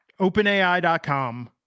OpenAI.com